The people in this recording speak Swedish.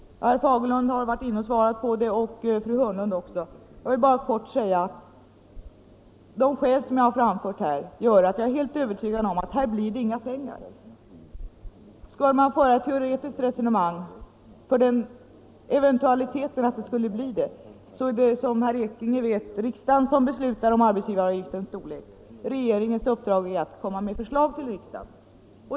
Herr Fagerlund och fru Hörnlund har svarat på den frågan, och jag vill bara helt kort säga: Av de skäl som jag har framfört här är jag helt övertygad om att det inte blir några pengar över. Ett teoretiskt resonemang om regeringens agerande i fall det skulle bli pengar över är onödigt att föra här eftersom det, som herr Ekinge vet, är riksdagen som beslutar om arbetsgivaravgiftens storlek. Regeringens uppgift är att komma med förslag till riksdagen.